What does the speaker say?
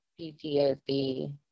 PTSD